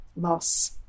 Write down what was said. loss